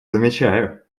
замечаю